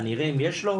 אני אראה אם יש לו,